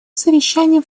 совещаний